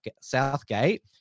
Southgate